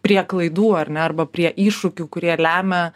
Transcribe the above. prie klaidų ar ne arba prie iššūkių kurie lemia